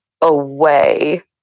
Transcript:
away